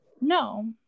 no